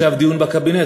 יש עכשיו דיון בקבינט.